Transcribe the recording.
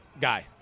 Guy